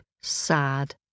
sad